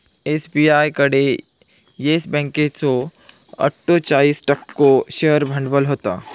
SBI कडे येस बँकेचो अट्ठोचाळीस टक्को शेअर भांडवल होता